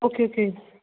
okay okay